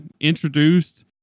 introduced